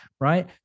right